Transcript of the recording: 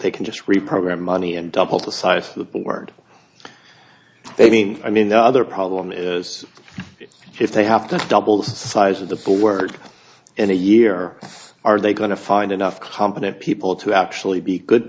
they can just reprogram money and doubled the size of the board i mean i mean the other problem is if they have to double the size of the full word in a year are they going to find enough competent people to actually be good